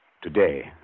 Today